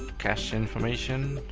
cache information.